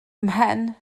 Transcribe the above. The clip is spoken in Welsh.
mhen